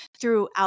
throughout